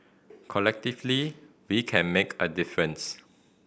collectively we can make a difference